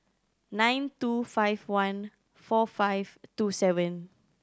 nine two five one four five two seven